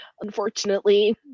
unfortunately